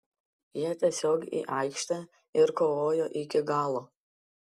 jie tiesiog į aikštę ir kovojo iki galo